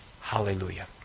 Hallelujah